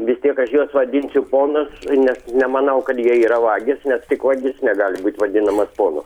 vis tiek aš juos vadinsiu ponas nes nemanau kad jie yra vagys nes tik vagis negali būt vadinamas ponu